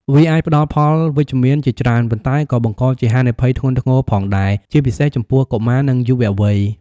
វាអាចផ្តល់ផលវិជ្ជមានជាច្រើន ប៉ុន្តែក៏បង្កជាហានិភ័យធ្ងន់ធ្ងរផងដែរ ជាពិសេសចំពោះកុមារ និងយុវវ័យ។